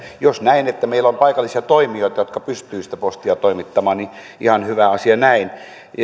jos meillä on paikallisia toimijoita jotka pystyvät sitä postia toimittamaan niin ihan hyvä asia näin